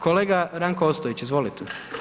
Kolega Ranko Ostojić, izvolite.